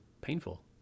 painful